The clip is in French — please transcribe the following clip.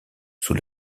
sous